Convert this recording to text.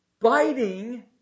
Biting